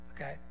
okay